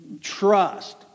trust